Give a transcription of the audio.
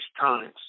times